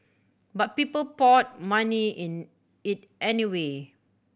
but people poured money in it anyway